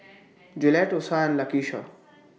Jolette Osa and Lakisha